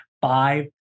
five